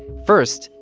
first,